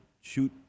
shoot